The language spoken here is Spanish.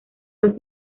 los